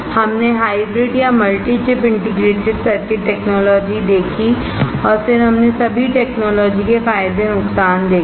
हमने हाइब्रिड या multi chip integrated circuit technology देखी और फिर हमने सभी टेक्नोलॉजी के फायदे और नुकसान देखे